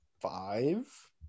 five